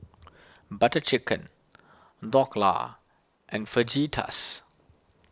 Butter Chicken Dhokla and Fajitas